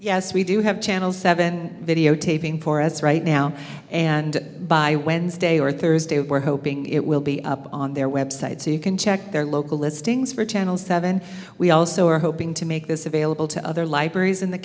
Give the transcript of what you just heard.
yes we do have channel seven videotaping for as right now and by wednesday or thursday we're hoping it will be up on their website so you can check their local listings for channel seven we also are hoping to make this available to other libraries in the